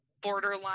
borderline